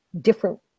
different